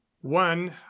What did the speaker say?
one